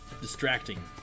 distracting